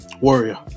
warrior